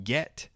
Get